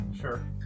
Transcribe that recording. Sure